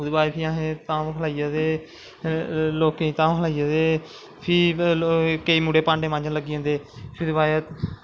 ओह्दै बाद फ्ही असैं धाम खलाईयै ते लोकें गी धाम खलाईयै ते फ्ही केंई मुड़े भांडे मांजन लगी पौंदे फ्ही ओह्दे बाद च